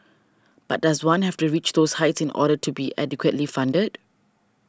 but does one have to reach those heights order to be adequately funded